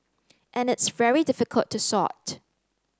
and it's very difficult to sort